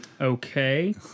okay